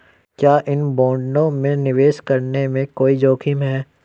क्या इन बॉन्डों में निवेश करने में कोई जोखिम है?